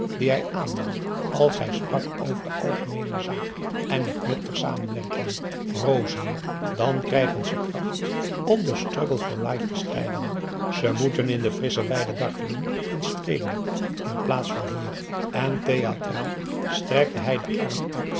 dien hij aannam als hij sprak over de algemeene zaak en het nut der samenwerking rozen dan krijgen ze kracht om den struggle for life te strijden ze moeten in de frissche weide dartelen en spelen in plaats van hier en theatraal strekte hij den arm uit